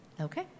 Okay